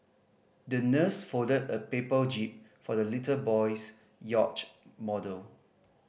the nurse folded a paper jib for the little boy's yacht model